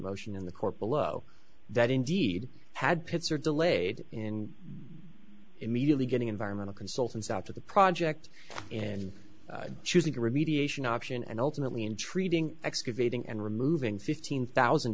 motion in the court below that indeed had pits or delayed in immediately getting environmental consultants out to the project and choosing to remediate an option and ultimately in treating excavating and removing fifteen thousand